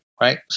right